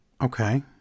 Okay